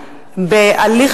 בהליך,